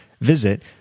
visit